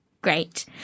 Great